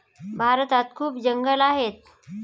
भारतात खूप जंगलं आहेत